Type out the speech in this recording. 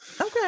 okay